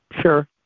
sure